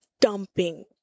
dumping